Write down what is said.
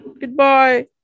Goodbye